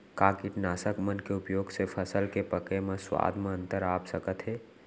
का कीटनाशक मन के उपयोग से फसल के पके म स्वाद म अंतर आप सकत हे?